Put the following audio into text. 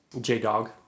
J-Dog